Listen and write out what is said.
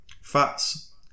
fats